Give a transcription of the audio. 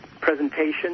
presentation